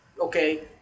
okay